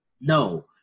No